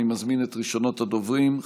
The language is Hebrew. אני מזמין את ראשונת הדוברים,